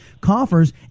coffers